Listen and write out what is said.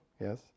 Yes